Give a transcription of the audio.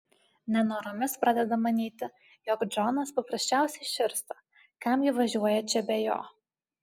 nenoromis pradeda manyti jog džonas paprasčiausiai širsta kam ji važiuoja čia be jo